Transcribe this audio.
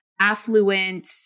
affluent